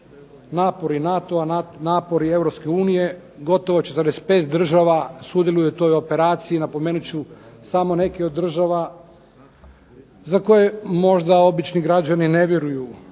napori NATO-a, napori EU-a gotovo 45 država sudjeluje u toj operaciji. Napomenut ću samo neke od država za koje možda obični građani ne vjeruju